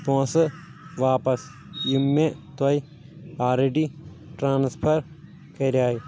پونٛسہٕ واپس یِم مےٚ تۄہہِ آلریٚڈی ٹرانسفر کریاے